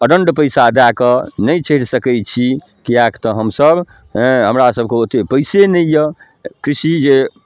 अदंड पैसा दए कऽ नहि चलि सकै छी किएक तऽ हमसब हैँ हमरा सबके ओते पैसे नहि यऽ कृषि जे